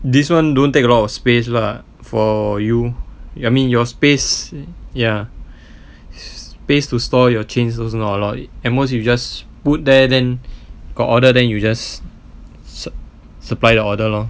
this [one] don't take a lot of space lah for you you mean your space ya space to store your chains also not a lot it at most you just put there then got order then you just sup~ supply the order lor